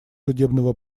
судебного